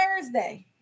Thursday